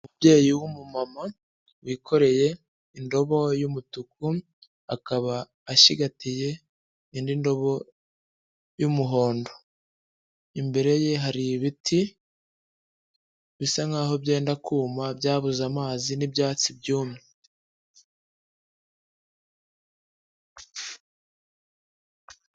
Umubyeyi w'umumama wikoreye indobo y'umutuku, akaba ashyigatiye indi ndobo y'umuhondo, imbere ye hari ibiti bisa nk'aho byenda kuma byabuze amazi n'ibyatsi byumye.